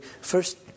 first